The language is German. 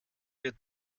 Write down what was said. wird